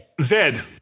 Zed